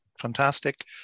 fantastic